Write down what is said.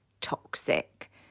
toxic